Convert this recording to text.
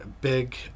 big